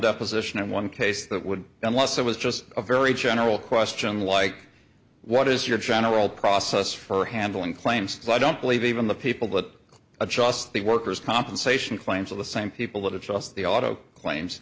deposition and one case that would unless it was just a very general question like what is your general process for handling claims so i don't believe even the people that adjust the workers compensation claims of the same people that it's just the auto claims